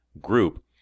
group